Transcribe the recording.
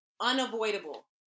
unavoidable